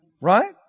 right